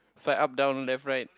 fly up down left right